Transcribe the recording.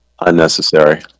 Unnecessary